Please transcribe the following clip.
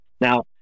Now